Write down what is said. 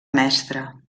mestre